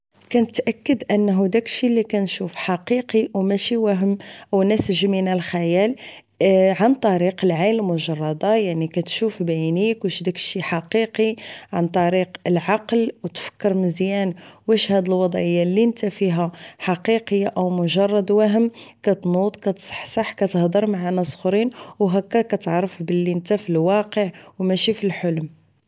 كنتأكد انه داكشي اللي كنشوف حقيقي و ماشي وهم و نسج من الخيال عن طريق العين المجردة يعني كتشوف يبعينيك واش داكشي حقيقي عن طريق العقل تفكر مزيان واش هاد الوضعية اللي نتا فيها حقيقية او مجرد وهم كتنود كتصحصح كتهدر معا ناس خرين بلي نتا فالواقع و ماشي فالحلم